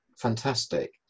fantastic